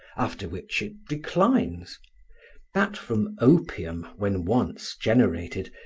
after which it declines that from opium, when once generated,